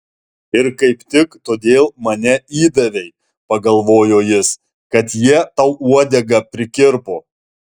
ir kaip tik todėl mane įdavei pagalvojo jis kad jie tau uodegą prikirpo